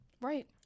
Right